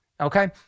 okay